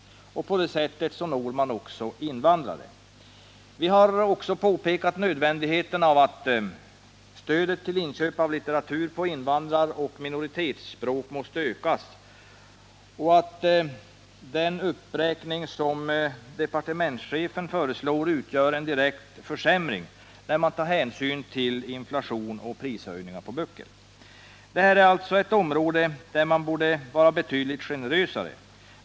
På det sättet når man också invandrare. Vi har också påpekat nödvändigheten av att stödet till inköp av litteratur på invandraroch minoritetsspråk ökas. Den uppräkning som departementschefen föreslår utgör en direkt försämring när man tar hänsyn till inflation och prishöjningar på böcker. Det här är alltså ett område där man borde vara betydligt generösare.